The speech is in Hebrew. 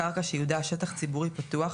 קרקע שייעודה שטח ציבורי פתוח,